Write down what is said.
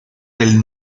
del